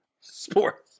Sports